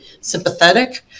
sympathetic